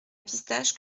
pistache